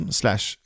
slash